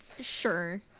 Sure